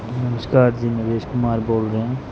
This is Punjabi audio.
ਨਮਸਕਾਰ ਜੀ ਨਰੇਸ਼ ਕੁਮਾਰ ਬੋਲ ਰਿਹਾ